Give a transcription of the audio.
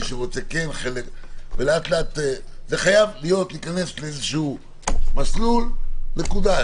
זה חייב להיכנס למסלול כלשהו.